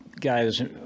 guys